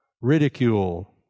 ridicule